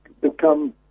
become